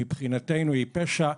מבחינתו היא פשע.